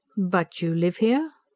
but you live here?